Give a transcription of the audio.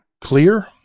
Clear